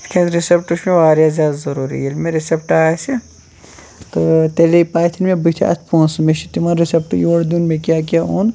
تِکیٛازِ رِسٮ۪پٹہٕ چھُ مےٚ واریاہ زیادٕ ضٔروٗری ییٚلہِ مےٚ رِسٮ۪پٹہٕ آسہِ تہٕ تیٚلے پاتھِ مےٚ بٕتھِ اَتھ پونٛسہٕ مےٚ چھِ تِمَن رِسٮ۪پٹہٕ یورٕ دیُن مےٚ کیٛاہ کیٛاہ اوٚن